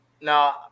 no